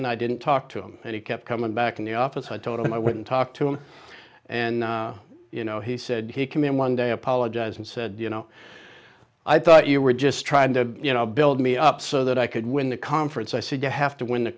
and i didn't talk to him and he kept coming back in the office i told him i wouldn't talk to him and you know he said he came in one day apologized and said you know i thought you were just trying to you know build me up so that i could win the conference i said you have to win